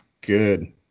Good